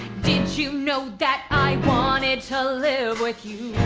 did you know that i wanted to live with you?